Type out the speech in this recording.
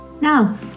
now